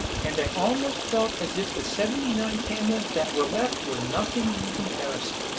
and i almost felt as if the seventy-nine camels that were left were nothing in comparison.